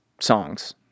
songs